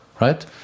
right